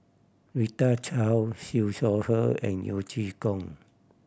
Rita Chao Siew Shaw Her and Yeo Chee Kiong